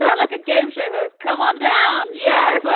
yeah like a game show host come on down. yeah so